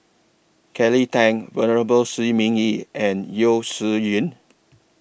Kelly Tang Venerable Shi Ming Yi and Yeo Shih Yun